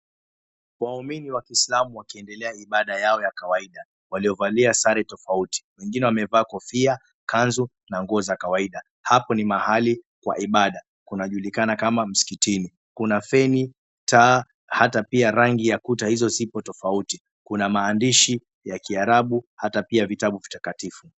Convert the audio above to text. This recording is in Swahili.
Waumini wa kiislamu wakiendelea ibada yao ya kawaida waliovalia sare tofauti. Wengine wamevaa kofia, kanzu na nguo za kawaida. Hapo ni mahali kwa ibada. Kunajulikana kama msikitini. Kuna feni, taa hata pia rangi ya kuta hizo ziko tofauti. Kuna maandishi ya kiarabu hata pia vitabu vitakatifu.